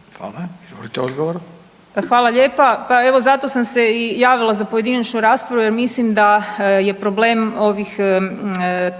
**Marić, Andreja (SDP)** Hvala lijepa, pa evo zato sam se i javila za pojedinačnu raspravu jer mislim da je problem ovih